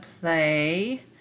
play